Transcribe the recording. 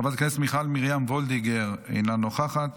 חברת הכנסת מיכל מרים וולדיגר, אינה נוכחת,